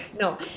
No